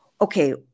okay